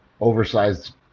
oversized